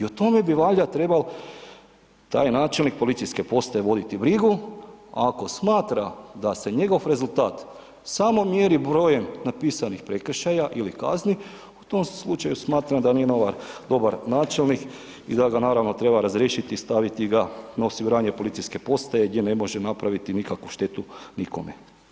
I o tome bi valjda trebao taj načelnik policijske postaje voditi brigu, a ako smatra da se njegov rezultat samo mjeri brojem napisanih prekršaja ili kazni, u tom se slučaju smatra da nije dobar načelnik i da ga naravno treba razriješiti i staviti ga na osiguranje policijske postaje gdje ne može napraviti nikakvu štetu nikome.